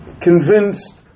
convinced